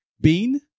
bean